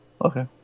Okay